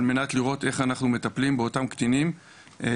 על מנת לראות איך אנחנו מטפלים באותם קטינים במידה